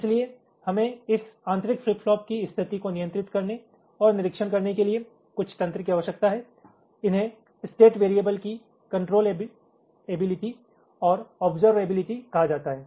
इसलिए हमें इस आंतरिक फ्लिप फ्लॉप की स्थिति को नियंत्रित करने और निरीक्षण करने के लिए कुछ तंत्र की आवश्यकता है इन्हें स्टेट वेरिएबल की कनट्रोलएबिलिटी और ओब्सरवएबिलिटी कहा जाता है